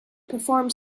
performed